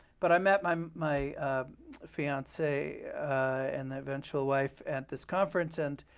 but i met my um my fiancee and eventual wife at this conference, and